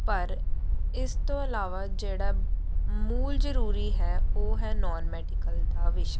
ਪਰ ਇਸ ਤੋਂ ਇਲਾਵਾ ਜਿਹੜਾ ਮੂਲ ਜ਼ਰੂਰੀ ਹੈ ਉਹ ਹੈ ਨੋਨ ਮੈਡੀਕਲ ਦਾ ਵਿਸ਼ਾ